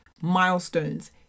milestones